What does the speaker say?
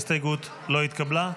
ההסתייגות לא התקבלה.